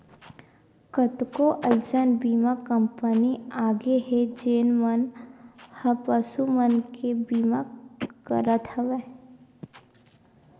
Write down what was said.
कतको अइसन बीमा कंपनी आगे हे जेन मन ह पसु मन के बीमा करत हवय